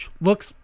looks